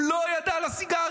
הוא לא ידע על הסיגרים,